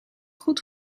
goed